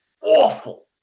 awful